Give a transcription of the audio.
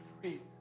free